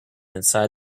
inside